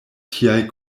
tiaj